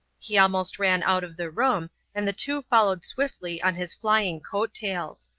he almost ran out of the room, and the two followed swiftly on his flying coat tails.